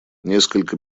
несколько